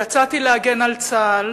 יצאתי להגן על צה"ל